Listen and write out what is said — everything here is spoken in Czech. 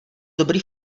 dobrý